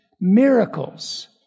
miracles